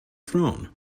throne